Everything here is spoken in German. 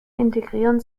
integrieren